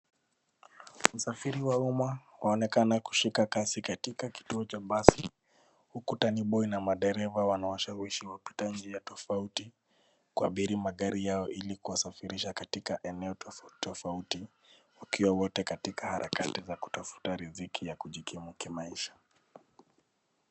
Usafiri wa umma waonekana kushika kasi katika kituo cha mabasi huku taniboi na madereva wanawashawishi wapita njia tofauti kuabiri magari yao ili kuwasafirisha katika eneo tofautitofauti wakiwa wote katika harakati ya kutafuta riziki ya kujikimu kimaisha.